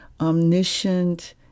omniscient